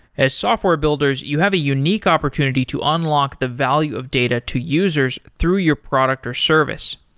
as software builders, you have a unique opportunity to unlock the value of data to users through your product or service.